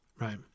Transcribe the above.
right